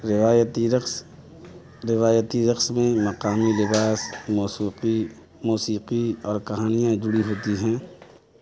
روایتی رقص روایتی رقص میں مقامی لباس موسوقی موسیقی اور کہانیاں جڑی ہوتی ہیں